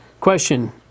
Question